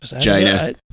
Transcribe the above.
China